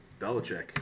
Belichick